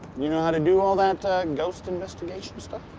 you know how to do all that ghost investigation stuff?